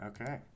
Okay